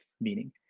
meaning